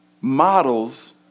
models